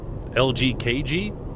LGKG